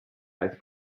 ice